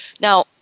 now